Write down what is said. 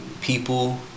people